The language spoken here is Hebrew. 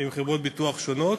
ועם חברות ביטוח שונות.